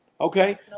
Okay